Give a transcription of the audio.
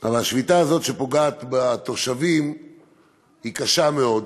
אבל השביתה הזאת שפוגעת בתושבים היא קשה מאוד.